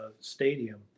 stadium